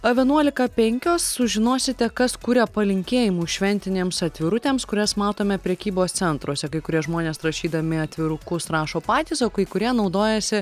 vienuolika penkios sužinosite kas kuria palinkėjimų šventinėms atvirutėms kurias matome prekybos centruose kai kurie žmonės rašydami atvirukus rašo patys o kai kurie naudojasi